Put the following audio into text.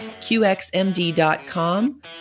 qxmd.com